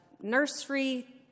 Nursery